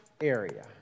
area